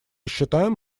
считаем